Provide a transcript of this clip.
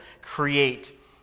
create